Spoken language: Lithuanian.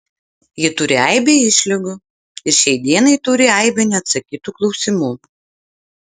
ji turi aibę išlygų ir šiai dienai turi aibę neatsakytų klausimų